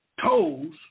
toes